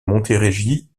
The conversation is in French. montérégie